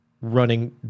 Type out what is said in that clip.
running